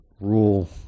rule